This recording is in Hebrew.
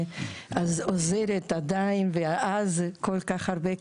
עוזרת עדיין ואז כל כך הרבה,